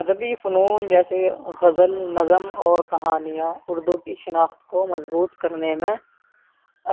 ادبی فنون جیسے غزل نظم اور کہانیاں اردو کی شناخت کو مضبوط کرنے میں